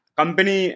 company